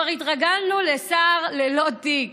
כבר התרגלנו לשר ללא תיק.